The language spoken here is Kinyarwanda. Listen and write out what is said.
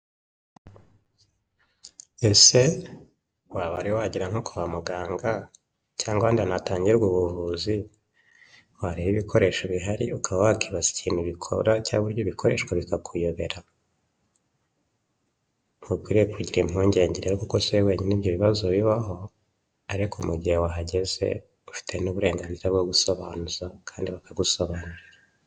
Ese waba wari wagera nko kwa muganga cyangwa ahandi hantu hatangirwa ubuvuzi, wareba ibikoresho bihari ukaba wakibaza ikintu bikora cyangwa uburyo bikoreshwa bikakuyobera? Ntukwiriye kugira impungenge rero kuko si wowe wenyine ibyo bibazo bibaho, ariko mu gihe wahageze ufite n'uburenganzira bwo gusobanuza kandi bakagusobanurira.